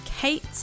Kate